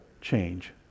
change